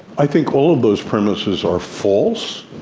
i think all of those premises are false.